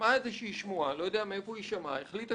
שמעה שמועה איני יודע מאיפה החליטה